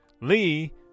Lee